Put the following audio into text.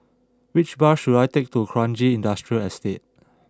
which bus should I take to Kranji Industrial Estate